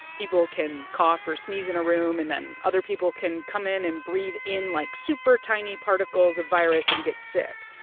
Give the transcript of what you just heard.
people can cough or sneeze in a room and then other people can come in and breathe in, like, super tiny particles of virus and get sick.